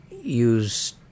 use